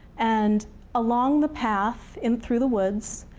and along the path, in through the woods,